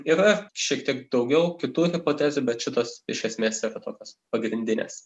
yra šiek tiek daugiau kitų hipotezių bet šitos iš esmės yra tokios pagrindinės